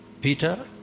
Peter